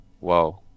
Wow